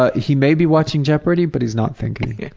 ah he may be watching jeopardy but he's not thinking.